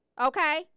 Okay